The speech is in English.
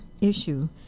issue